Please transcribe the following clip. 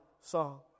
song